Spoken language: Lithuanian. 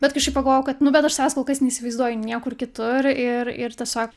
bet kažkaip pagalvojau kad nu bet aš savęs kol kas neįsivaizduoju niekur kitur ir ir tiesiog